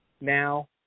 now